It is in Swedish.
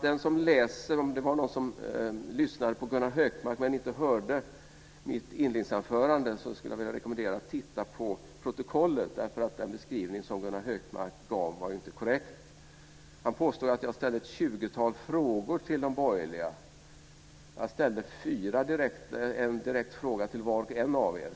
Den som lyssnade på Gunnar Hökmark men inte hörde mitt inledningsanförande skulle jag vilja rekommendera att titta i protokollet därför att den beskrivning som Gunnar Hökmark gav är inte korrekt. Han påstår att jag har ställt ett tjugotal frågor till de borgerliga. Jag ställde en direkt fråga till var och en av er.